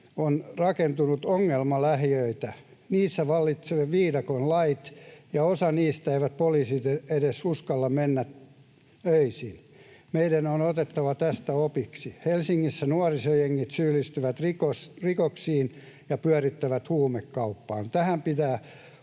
on rakentunut ongelmalähiöitä. Niissä vallitsevat viidakon lait, ja osaan niistä eivät poliisit edes uskalla mennä öisin. Meidän on otettava tästä opiksi. Helsingissä nuorisojengit syyllistyvät rikoksiin ja pyörittävät huumekauppaa. Tähän pitää